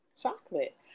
chocolate